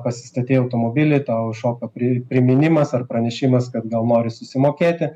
pasistatei automobilį tau iššoko pri priminimas ar pranešimas kad gal nori susimokėti